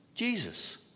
Jesus